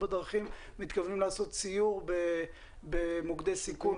בדרכים מתכוונים לקיים סיור במוקדי סיכון,